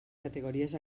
categories